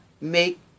make